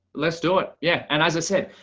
let's do it. yeah. and as i said,